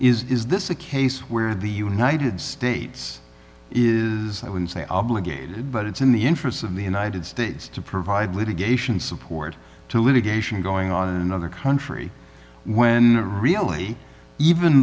is this a case where the united states is i would say obligated but it's in the interests of the united states to provide litigation support to litigation going on in another country when really even